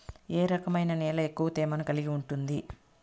ఏ రకమైన నేల ఎక్కువ తేమను కలిగి ఉంటుంది?